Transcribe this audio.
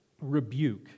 rebuke